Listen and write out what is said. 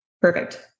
Perfect